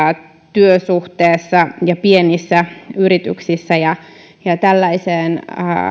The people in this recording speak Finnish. työsuhteessa ja pienissä yrityksissä tällaiseen